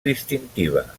distintiva